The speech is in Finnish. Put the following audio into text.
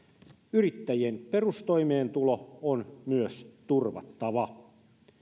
yrittäjien perustoimeentulo on myös turvattava